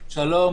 שלום,